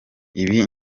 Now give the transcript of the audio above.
ibi